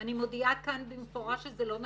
אני מודיעה כאן במפורש שזה לא נכון.